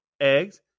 eggs